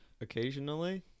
occasionally